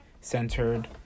centered